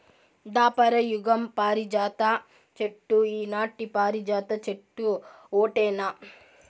దాపర యుగం పారిజాత చెట్టు ఈనాటి పారిజాత చెట్టు ఓటేనా